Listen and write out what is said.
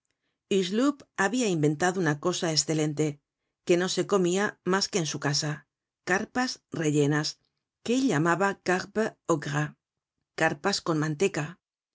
hucbeloup habia inventado una cosa escelente que no se comia mas que en su casa carpas rellenas que él llamaba carpes au